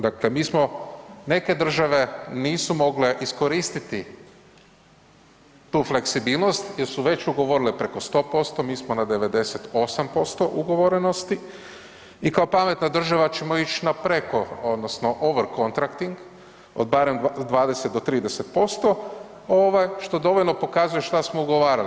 Dakle, mi smo, neke države nisu mogle iskoristiti tu fleksibilnost jer su već ugovorile preko 100%, mi smo na 98% ugovorenosti i kao pametna država ćemo ić na preko odnosno Overcontracting od barem 20 do 30% ovaj što dovoljno pokazuje šta smo ugovarali.